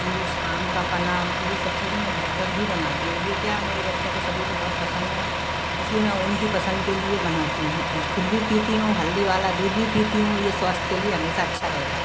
juice आम का पन्ना ये सब चीज़े मैं घर पर ही बनाती हूँ ये क्या मेरे बच्चों को सभी को बहुत पसंद है इस लिए मैं उनकी पसंद के लिए बनाती हूँ ख़ुद भी पीती हूँ हल्दी वाला दूध भी पीती हूँ ये स्वास्थ्य के लिए हमेशा अच्छा रहता है